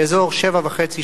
באזור 19:30,